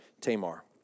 Tamar